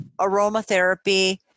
aromatherapy